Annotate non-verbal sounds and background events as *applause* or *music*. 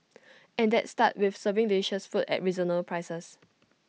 *noise* and that starts with serving delicious food at reasonable prices